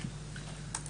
בבקשה.